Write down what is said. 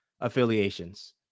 affiliations